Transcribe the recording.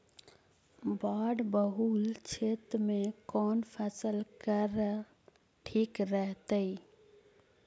बाढ़ बहुल क्षेत्र में कौन फसल करल ठीक रहतइ?